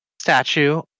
statue